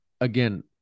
again